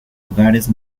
lugares